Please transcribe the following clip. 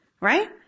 Right